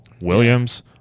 Williams